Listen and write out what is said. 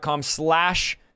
slash